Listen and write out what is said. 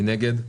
מי נגד?